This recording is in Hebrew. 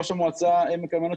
ראש המועצה עמק המעיינות,